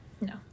No